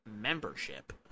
membership